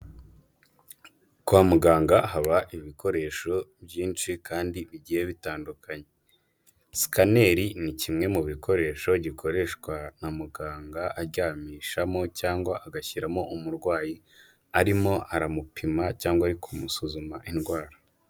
Kwa muganga haba ibikoresho byinshi kandi bigiye bitandukanye. sikaneri ni kimwe mu bikoresho gikoreshwa na muganga aryamishamo cyangwa agashyiramo umurwayi, arimo aramupima cyangwa ari kumusuzuma indwara.